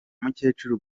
mukecuru